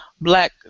black